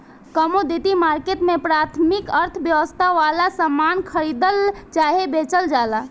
commodity market में प्राथमिक अर्थव्यवस्था वाला सामान खरीदल चाहे बेचल जाला